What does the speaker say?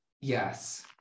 yes